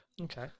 Okay